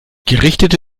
gerichtete